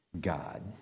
God